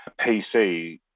PC